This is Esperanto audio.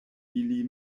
ili